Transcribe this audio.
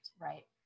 Right